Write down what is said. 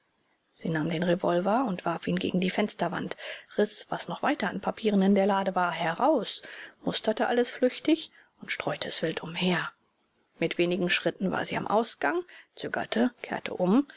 sie nahm den revolver und warf ihn gegen die fensterwand riß was noch weiter an papieren in der lade war heraus musterte alles flüchtig und streute es wild umher mit wenigen schritten war sie am ausgang zögerte kehrte um